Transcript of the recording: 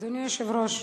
אדוני היושב-ראש,